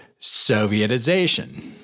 Sovietization